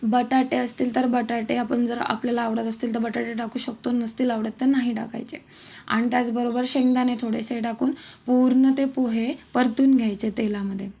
बटाटे असतील तर बटाटे आपण जर आपल्याला आवडत असतील तर बटाटे टाकू शकतो नसतील आवडत तर नाही टाकायचे आणि त्याचबरोबर शेंगदाणे थोडेसे टाकून पूर्ण ते पोहे परतून घ्यायचे तेलामध्ये